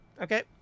Okay